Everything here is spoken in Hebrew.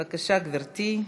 בבקשה, גברתי.